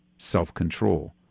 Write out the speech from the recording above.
self-control